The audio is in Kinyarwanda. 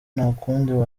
ntakundi